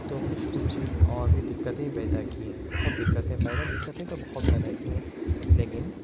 تو کچھ کچھ چیز اور بھی دقتیں ہی پیدا کی ہیں بہت دقتیں پیدا دقتیں تو بہت پیدا کی ہیں لیکن